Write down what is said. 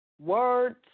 words